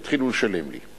תתחילו לשלם לי.